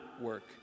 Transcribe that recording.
work